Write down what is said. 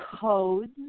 codes